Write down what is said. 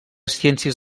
ciències